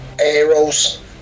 arrows